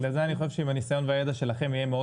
בגלל זה אני חושב שעם הניסיון והידע שלכם יהיה מאוד